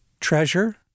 treasure